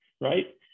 right